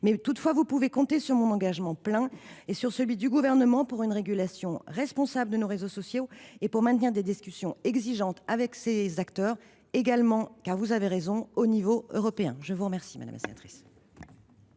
Toutefois, vous pouvez compter sur mon engagement plein et sur celui du Gouvernement pour une régulation responsable de nos réseaux sociaux et pour maintenir des discussions exigeantes avec ces acteurs également – vous avez raison – à l’échelon européen. La parole est à Mme Agnès